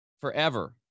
forever